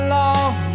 long